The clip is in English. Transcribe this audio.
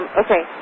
okay